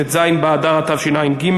ט"ז באדר התשע"ג,